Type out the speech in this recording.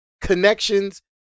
connections